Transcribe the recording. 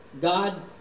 god